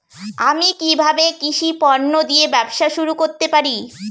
আমি কিভাবে কৃষি পণ্য দিয়ে ব্যবসা শুরু করতে পারি?